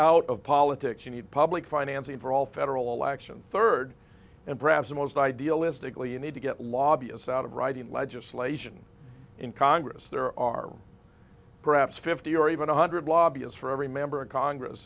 out of politics you need public financing for all federal election third and perhaps most idealistically you need to get lobbyist out of writing legislation in congress there are perhaps fifty or even one hundred lobbyists for every member of congress